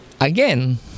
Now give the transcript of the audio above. Again